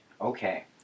Okay